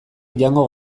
jango